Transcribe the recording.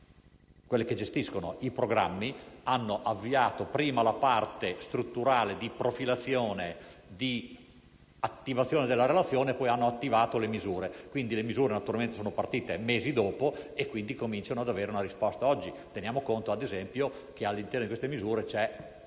enti che gestiscono i programmi, hanno avviato prima la parte strutturale di profilazione e di attivazione della relazione e poi hanno attivato le misure, che naturalmente sono partite mesi dopo, e quindi cominciano ad avere oggi una risposta. Consideriamo - ad esempio - che, all'interno di tali misure, c'è